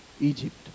Egypt